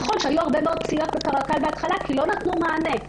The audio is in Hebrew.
נכון שהיו הרבה מאוד פציעות בקרקל בהתחלה כי לא נתנו מענה,